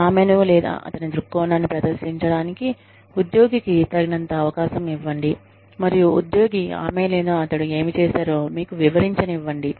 ఆమెను లేదా అతని దృక్కోణాన్ని ప్రదర్శించడానికి ఉద్యోగికి తగినంత అవకాశం ఇవ్వండి మరియు ఉద్యోగి ఆమె లేదా అతడు ఏమి చేసారో మీకు వివరించనివ్వండి